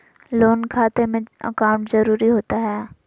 Loan खाते में account जरूरी होता है?